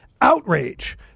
outrage